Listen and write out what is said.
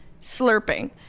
slurping